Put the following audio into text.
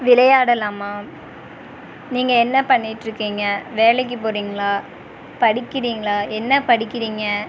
விளையாடலாமா நீங்கள் என்ன பண்ணிட்டிருக்கீங்க வேலைக்குப் போகிறீங்களா படிக்கிறீங்களா என்ன படிக்கிறீங்க